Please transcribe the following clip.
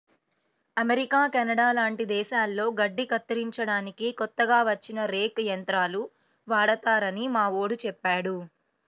America, Canada లాంటి దేశాల్లో గడ్డి కత్తిరించడానికి కొత్తగా వచ్చిన రేక్ యంత్రాలు వాడతారని మావోడు చెప్పాడు